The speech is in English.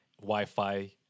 Wi-Fi